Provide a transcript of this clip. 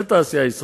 החדשים?